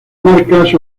marcas